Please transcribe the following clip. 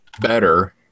better